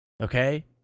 Okay